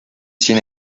sin